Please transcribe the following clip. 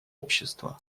общества